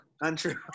Untrue